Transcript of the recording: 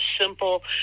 simple